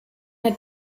had